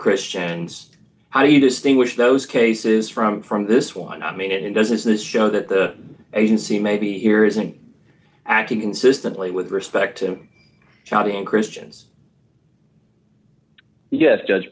christians how do you distinguish those cases from from this one i mean it doesn't this show that the agency maybe here isn't acting consistently with respect to chaldean christians yes judge